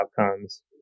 outcomes